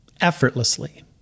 effortlessly